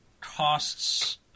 costs